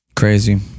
Crazy